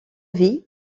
vie